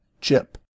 chip